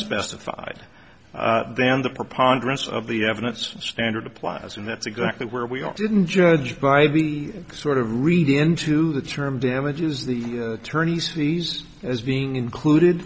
unspecified then the preponderance of the evidence standard applies and that's exactly where we are didn't judge by the sort of read into the term damages the attorney's fees as being included